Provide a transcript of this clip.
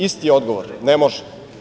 Isti je odgovor – ne može.